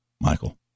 Michael